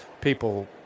people